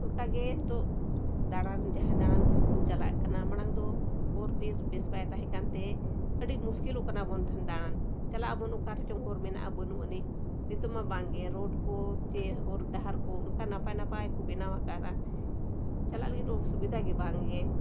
ᱚᱱᱠᱟ ᱜᱮ ᱱᱤᱛᱳᱜ ᱫᱟᱬᱟᱱ ᱡᱟᱦᱟᱸᱭ ᱫᱟᱬᱟᱱ ᱵᱚᱱ ᱪᱟᱞᱟᱜ ᱠᱟᱱᱟ ᱢᱟᱲᱟᱝ ᱫᱚ ᱦᱚᱨᱼᱵᱤᱨ ᱵᱮᱥ ᱵᱟᱭ ᱛᱟᱦᱮᱸ ᱠᱟᱱᱛᱮ ᱟᱹᱰᱤ ᱢᱩᱥᱠᱤᱞᱚᱜ ᱠᱟᱱᱟ ᱵᱚᱱ ᱛᱟᱦᱮᱸᱫ ᱫᱟᱬᱟᱱ ᱪᱟᱞᱟᱜ ᱟᱵᱚᱱ ᱚᱠᱟ ᱨᱮᱪᱚᱝ ᱦᱚᱨ ᱢᱮᱱᱟᱜᱼᱟ ᱵᱟᱹᱱᱩᱜ ᱟᱹᱱᱤᱡ ᱱᱤᱛᱚᱜ ᱢᱟ ᱵᱟᱝᱜᱮ ᱠᱚ ᱪᱮ ᱦᱚᱨᱼᱰᱟᱦᱟᱨ ᱠᱚ ᱚᱱᱠᱟ ᱱᱟᱯᱟᱭᱼᱱᱟᱯᱟᱭ ᱠᱚ ᱵᱮᱱᱟᱣ ᱟᱠᱟᱫᱟ ᱪᱟᱞᱟᱜ ᱞᱟᱹᱜᱤᱫ ᱚᱥᱩᱵᱤᱫᱷᱟ ᱜᱮ ᱵᱟᱝᱜᱮ